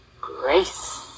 grace